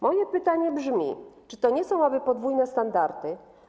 Moje pytanie brzmi: Czy to nie są aby podwójne standardy?